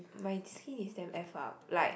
my skin is damn F up like